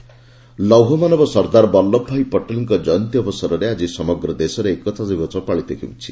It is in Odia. ଏକତା ଦିବସ ଲୌହମାନବ ସର୍ଦ୍ଦାର ବଲ୍ଲଭ ଭାଇ ପଟେଲଙ୍କ ଜୟନ୍ତୀ ଅବସରରେ ଆକି ସମଗ୍ର ଦେଶରେ ଏକତା ଦିବସ ପାଳିତ ହେଉଛି